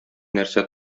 нәрсә